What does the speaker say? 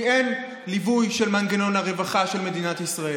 כי אין ליווי של מנגנון הרווחה של מדינת ישראל?